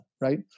right